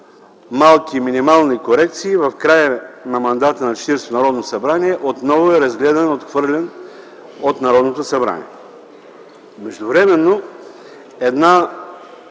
малки, минимални корекции в края на мандата на Четиридесетото Народно събрание отново е разгледан и отхвърлен от Народното събрание. Междувременно една